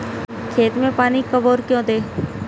खेत में पानी कब और क्यों दें?